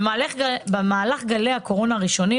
ובמהלך גלי הקורונה הראשונים,